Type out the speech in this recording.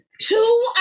two